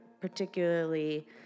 particularly